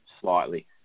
slightly